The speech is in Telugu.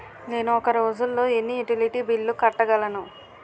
నేను ఒక రోజుల్లో ఎన్ని యుటిలిటీ బిల్లు కట్టగలను?